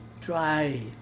try